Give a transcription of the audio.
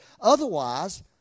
Otherwise